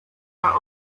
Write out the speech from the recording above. are